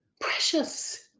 precious